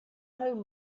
home